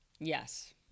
yes